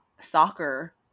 soccer